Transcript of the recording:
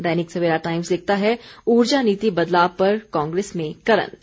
दैनिक Savera Times लिखता है उर्जा नीति बदलाव पर कांग्रेस में करंट